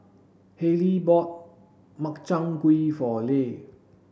Hayley bought Makchang gui for Le